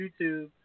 YouTube